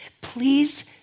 Please